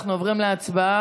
אנחנו עוברים להצבעה.